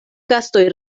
gastoj